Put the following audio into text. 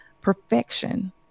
perfection